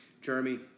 Jeremy